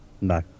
No